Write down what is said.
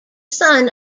son